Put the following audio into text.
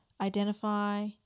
identify